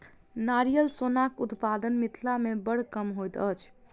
नारियल सोनक उत्पादन मिथिला मे बड़ कम होइत अछि